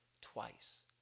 twice